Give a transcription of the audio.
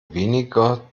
weniger